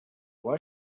why